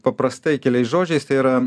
paprastai keliais žodžiais tai yra